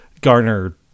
garner